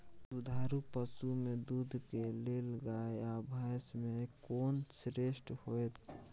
दुधारू पसु में दूध के लेल गाय आ भैंस में कोन श्रेष्ठ होयत?